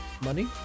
Money